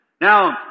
Now